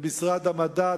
במשרד המדע,